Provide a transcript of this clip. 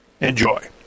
Enjoy